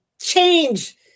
change